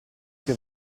che